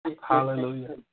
Hallelujah